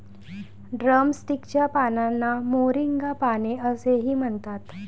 drumstick च्या पानांना moringa पाने असेही म्हणतात